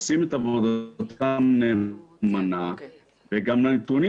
עושים את עבודתם נאמנה וגם הנתונים